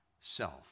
self